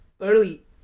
early